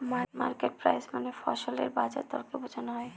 market price মানে ফসলের বাজার দরকে বোঝনো হয়